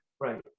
Right